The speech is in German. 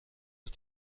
ist